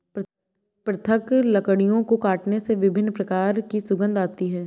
पृथक लकड़ियों को काटने से विभिन्न प्रकार की सुगंध आती है